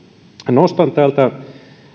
nostan täältä